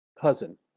cousin